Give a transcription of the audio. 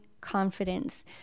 confidence